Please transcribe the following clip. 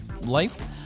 life